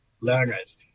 learners